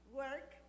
work